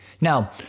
Now